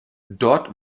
dort